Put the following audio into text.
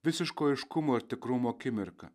visiško aiškumo ir tikrumo akimirka